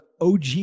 OG